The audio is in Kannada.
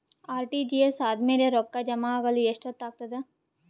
ಆರ್.ಟಿ.ಜಿ.ಎಸ್ ಆದ್ಮೇಲೆ ರೊಕ್ಕ ಜಮಾ ಆಗಲು ಎಷ್ಟೊತ್ ಆಗತದ?